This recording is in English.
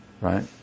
right